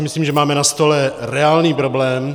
Myslím si, že máme na stole reálný problém.